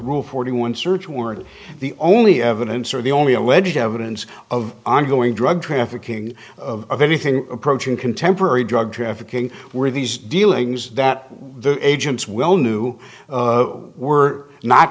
rule forty one search warrant the only evidence or the only alleged evidence of ongoing drug trafficking of anything approaching contemporary drug trafficking were these dealings that the agents well knew were not